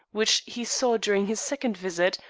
which he saw during his second visit,